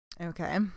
Okay